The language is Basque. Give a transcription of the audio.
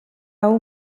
hau